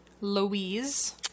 Louise